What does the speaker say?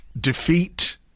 defeat